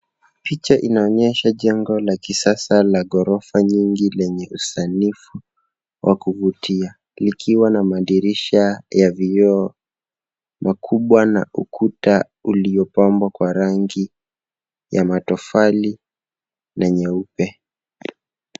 Picha inaonesha jengo la kisasa la ghorofa nyingi lenye usanifu wa kuvutia likiwa na madirisha ya vioo makubwa na ukuta uliopambwa kwa rangi ya matofali na nyeupe.